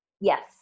Yes